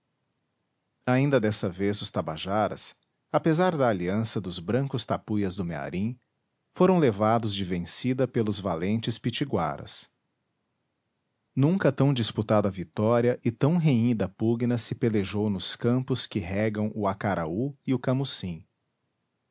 ainda dessa vez os tabajaras apesar da aliança dos brancos tapuias do mearim foram levados de vencida pelos valentes pitiguaras nunca tão disputada vitória e tão renhida pugna se pelejou nos campos que regam o acaraú e o camucim